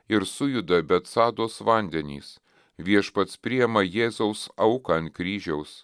ir sujuda betsados vandenys viešpats priima jėzaus auką ant kryžiaus